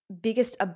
biggest